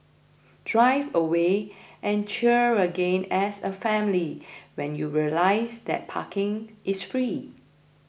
drive away and cheer again as a family when you realise that parking is free